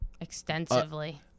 extensively